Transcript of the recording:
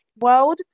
world